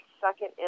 second